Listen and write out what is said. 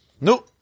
No